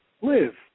live